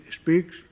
speaks